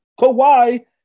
Kawhi